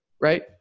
right